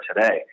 today